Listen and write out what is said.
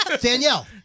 Danielle